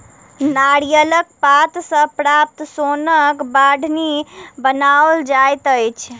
नारियलक पात सॅ प्राप्त सोनक बाढ़नि बनाओल जाइत अछि